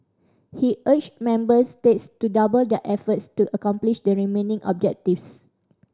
he urged member states to double their efforts to accomplish the remaining objectives